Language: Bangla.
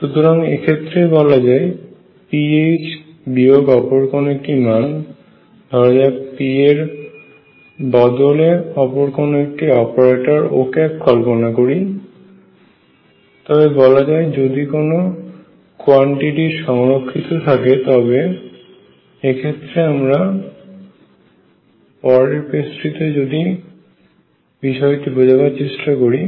সুতরাং এক্ষেত্রে বলা যায় pH বিয়োগ অপর কোন একটি মান ধরা যাক আমরা p এর বদলে অপর কোন একটি অপারেটর Ô কল্পনা করি তবে আমরা যে কোনো অপারেটর এর জন্য একটি সাধারণ নিয়ম পেতে পারি